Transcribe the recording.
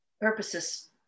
purposes